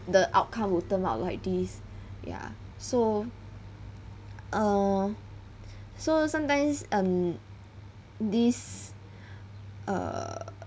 the outcome would turn out like this ya so err so sometimes um this err